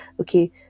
Okay